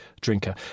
drinker